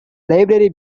library